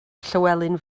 llywelyn